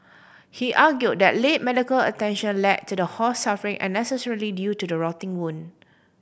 he argued that late medical attention led to the horse suffering unnecessarily due to the rotting wound